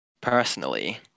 personally